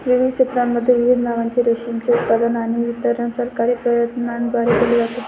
विविध क्षेत्रांमध्ये विविध नावांनी रेशीमचे उत्पादन आणि वितरण सरकारी प्रयत्नांद्वारे केले जाते